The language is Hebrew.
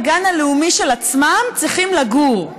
בגן הלאומי של עצמם צריכים לגור,